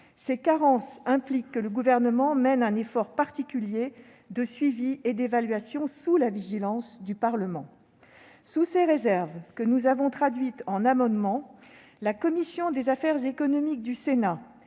ces carences impliquent que le Gouvernement fasse un effort particulier en termes de suivi et d'évaluation, sous le regard vigilant du Parlement. Sous ces réserves, que nous avons traduites en amendements, la commission des affaires économiques du Sénat-